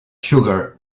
sugar